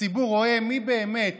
הציבור רואה מי באמת